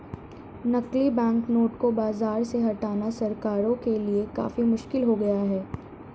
नकली बैंकनोट को बाज़ार से हटाना सरकारों के लिए काफी मुश्किल हो गया है